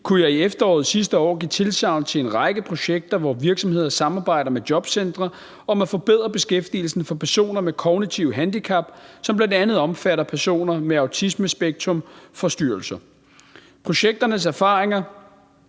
kunne jeg i efteråret sidste år give tilsagn til en række projekter, hvor virksomheder samarbejder med jobcentre om at forbedre beskæftigelsen for personer med kognitive handicap, som bl.a. omfatter personer med autismespektrumforstyrrelser. Erfaringerne